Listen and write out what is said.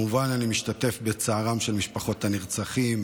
אני משתתף כמובן בצערן של משפחות הנרצחים,